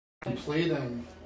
Completing